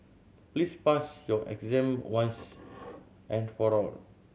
please pass your exam once and for all